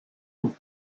une